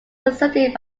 succeeded